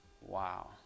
wow